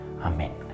amen